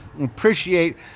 appreciate